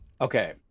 Okay